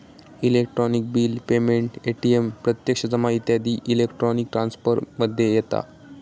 electronic bill payment, ATM प्रत्यक्ष जमा इत्यादी इलेक्ट्रॉनिक ट्रांसफर मध्ये येता